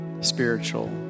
spiritual